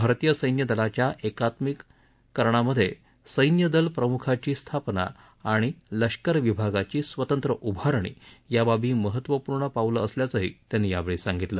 भारतीय सैन्यदलाच्या एकात्मिककरणामधे सैन्यदल प्रमुखाची स्थापना आणि लष्कर विभागाची स्वतंत्र उभारणी याबाबी महत्त्वपूर्ण पाऊल असल्याचंही त्यांनी यावेळी सांगितलं